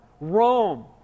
Rome